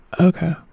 okay